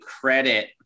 credit